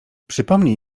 przypomnij